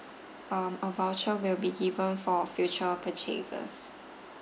um a voucher will be given for future purchases